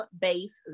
base